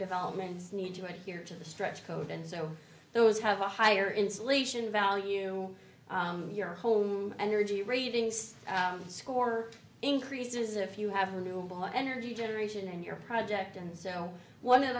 developments need to adhere to the stretch code and so those have a higher insulation value your home energy readings score increases if you have energy generation in your project and so one of